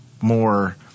more